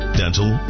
dental